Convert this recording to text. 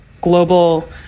global